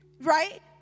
right